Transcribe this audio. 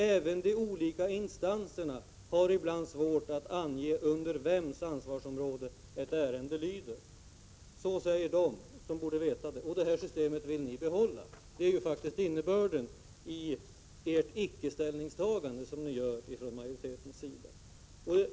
Även de olika instanserna har ibland svårt att ange under vems ansvarsområde ett ärende lyder.” Så säger de som borde veta. Och detta system vill ni behålla. Det är faktiskt innebörden i majoritetens ”ickeställningstagande”.